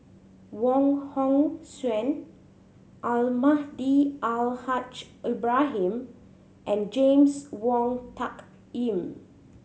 Wong Hong Suen Almahdi Al Haj Ibrahim and James Wong Tuck Yim